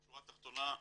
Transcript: בשורה התחתונה,